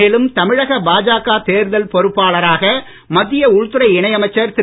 மேலும் தமிழக பாஜக தேர்தல் பொருப்பாளராக மத்திய உள்துறை இணையமைச்சர் திரு